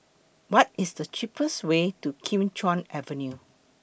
What IS The cheapest Way to Kim Chuan Avenue